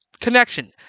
Connection